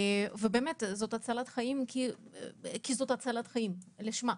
זאת באמת הצלת חיים כי זאת הצלת חיים לשמה.